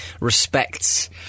respects